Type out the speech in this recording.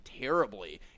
terribly